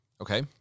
Okay